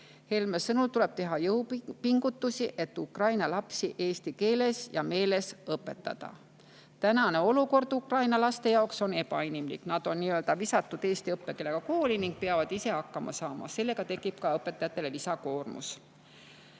Helme sõnul tuleb teha jõupingutusi, et Ukraina lapsi eesti keeles ja meeles õpetada. Tänane olukord on Ukraina laste jaoks ebainimlik, nad on nii-öelda visatud eesti õppekeelega kooli ning peavad ise hakkama saama. Sellega tekib ka õpetajatel lisakoormus.